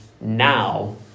now